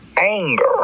anger